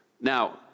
Now